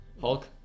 Hulk